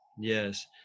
Yes